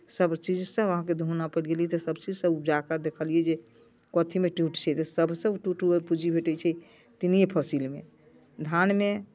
सभ चीजसँ अहाँके धोना पड़ि गेलै तऽ सभ चीजकेँ उपजा कऽ देखलियै जे कथिमे टूट छै तऽ सभसँ टूट पूँजी भेटैत छै तीनिए फसिलमे धानमे